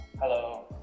Hello